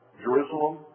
Jerusalem